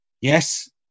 Yes